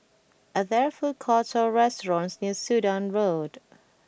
are there food courts or restaurants near Sudan Road